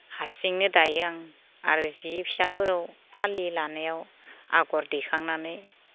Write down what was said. हारसिंनो दायो आं आरो जि फिसाफोराव फालि लानायाव आगर दैखांनानै